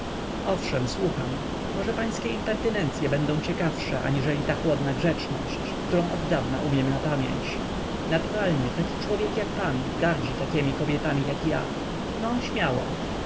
owszem słucham może pańskie impertynencye będą ciekawsze aniżeli ta chłodna grzeczność którą oddawna umiem napamięć naturalnie taki człowiek jak pan gardzi takiemi kobietami jak ja no śmiało